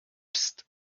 psst